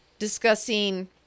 discussing